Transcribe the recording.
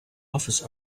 office